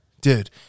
Dude